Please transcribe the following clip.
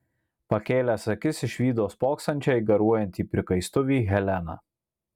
pakėlęs akis išvydo spoksančią į garuojantį prikaistuvį heleną